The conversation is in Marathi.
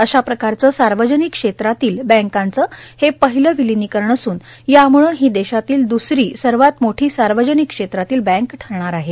अशा प्रकारचं सार्वजनिक क्षेत्रातील बँकांचं हे पहिलं विलिनीकरण असून याम्ळं ही देशातील द्दसरी सर्वात मोठी सार्वजनिक क्षेत्रातील बँक ठरणार आहे